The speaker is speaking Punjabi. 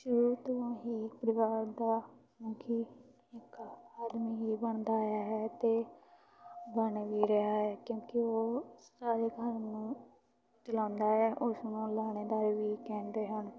ਸ਼ੁਰੂ ਤੋਂ ਹੀ ਇੱਕ ਪਰਿਵਾਰ ਦਾ ਮੁਖੀ ਇੱਕ ਆਦਮੀ ਹੀ ਬਣਦਾ ਆਇਆ ਹੈ ਅਤੇ ਬਣ ਵੀ ਰਿਹਾ ਹੈ ਕਿਉਂਕਿ ਉਹ ਸਾਰੇ ਘਰ ਨੂੰ ਚਲਾਉਂਦਾ ਹੈ ਉਸਨੂੰ ਲਾਣੇਦਾਰ ਵੀ ਕਹਿੰਦੇ ਹਨ